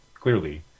clearly